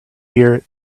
year